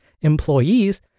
employees